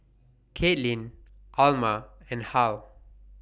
Katelyn Alma and Hal